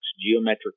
geometric